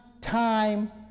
time